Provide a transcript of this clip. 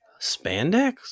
Spandex